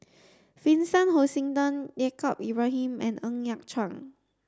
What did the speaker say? Vincent Hoisington Yaacob Ibrahim and Ng Yat Chuan